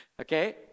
Okay